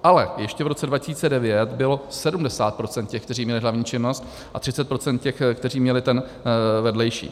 Ale ještě v roce 2009 bylo 70 % těch, kteří měli hlavní činnost, a 30 % těch, kteří měli vedlejší.